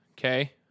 okay